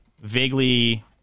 vaguely